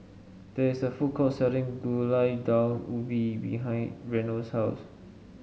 there is a food court selling Gulai Daun Ubi behind Reno's house